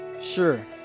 Sure